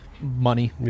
money